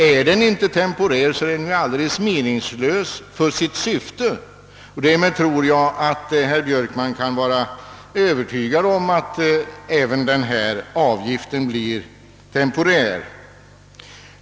Om den inte är temporär, är den ju alldeles meningslös. Därmed tror jag att herr Björkman kan vara övertygad om att även denna avgift blir temporär.